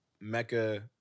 Mecca